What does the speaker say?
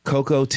Coco